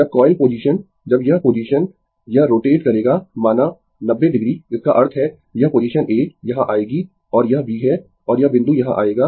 जब coil position जब यह पोजीशन यह रोटेट करेगा माना 90 डिग्री इसका अर्थ है यह पोजीशन A यहाँ आएगी और यह B है और यह बिंदु यहाँ आएगा